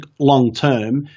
long-term